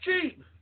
cheap